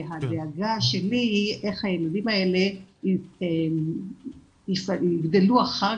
הדאגה שלי היא איך הילדים האלה יגדלו אחר